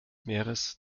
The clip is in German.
meeres